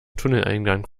tunneleingang